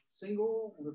single